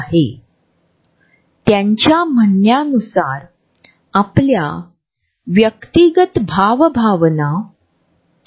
त्याचबरोबर जिव्हाळ्याच्या जागेबद्दल आमची समजूतदारपणा आणि आम्ही इतरांशी हे स्वेच्छेने किती प्रमाणात सामायिक करू शकतो आणि आपल्या सांस्कृतिक समजुतीद्वारे निर्णय घेतला जातो